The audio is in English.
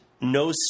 no